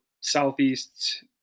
Southeast